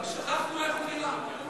כבר שכחנו איך הוא נראה.